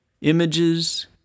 images